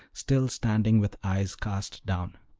still standing with eyes cast down.